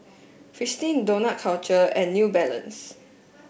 Fristine Dough Culture and New Balance